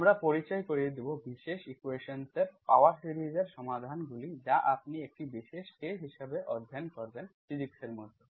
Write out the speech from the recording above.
আমরা পরিচয় করিয়ে দেব বিশেষ ইকুয়েশন্সের পাওয়ার সিরিজের সমাধানগুলি যা আপনি একটি বিশেষ কেস হিসাবে অধ্যয়ন করবেন ফিজিক্স এর মধ্যে